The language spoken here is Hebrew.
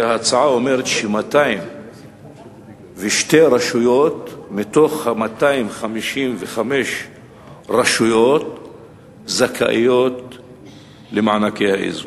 וההצעה אומרת ש-202 רשויות מתוך 255 הרשויות זכאיות למענקי האיזון,